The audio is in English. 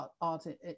art